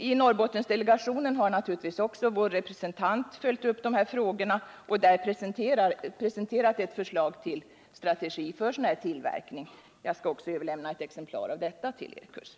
I Norrbottendelegationen har naturligtvis också vår representant följt upp dessa frågor och där presenterat ett förslag till strategi för sådan här tillverkning. Jag skall också be att få överlämna ett exemplar av det till Erik Huss.